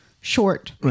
short